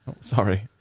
Sorry